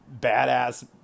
badass